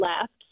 left